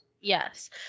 Yes